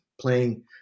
playing